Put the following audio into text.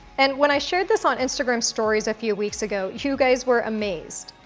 and when i shared this on instagram stories a few weeks ago, you guys were amazed.